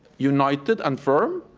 united, and firm,